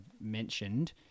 mentioned